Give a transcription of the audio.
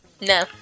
No